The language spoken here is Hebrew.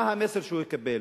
מה המסר שהוא יקבל?